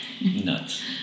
nuts